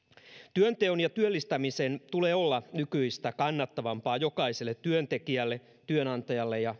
työnteon ja työllistämisen tulee olla nykyistä kannattavampaa jokaiselle työntekijälle työnantajalle ja